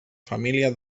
família